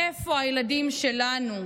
איפה הילדים שלנו?